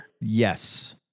Yes